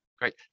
Great